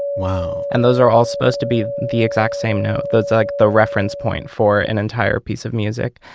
wow! and those are all supposed to be the exact same note. that's like the reference point for an entire piece of music.